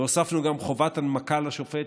הוספנו גם חובת הנמקה לשופט.